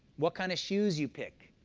what kind of shoes you pick,